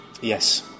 Yes